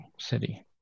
city